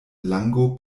lango